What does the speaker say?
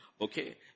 okay